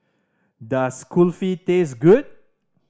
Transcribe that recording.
does Kulfi taste good